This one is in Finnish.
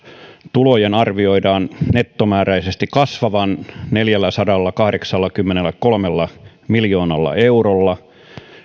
tulojen arvioidaan nettomääräisesti kasvavan neljälläsadallakahdeksallakymmenelläkolmella miljoonalla eurolla